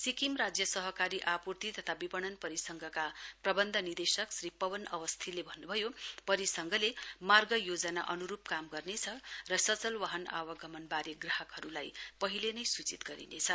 सिक्किम राज्य सहकारी आपुर्ति तथा विपणन परिसंघका प्रबन्ध निदेशक श्री पवन अवस्थीले भन्नभयो परिसंघले मार्ग योजना अनुरूप काम गर्नेछ र सचल वाहन आवगमनबारे ग्राहकहरूलाई पहिले नै सूचित गरिनेछ